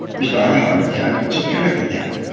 it's not a heart attack, it's a panic attack.